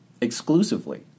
exclusively